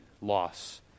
loss